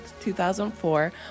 2004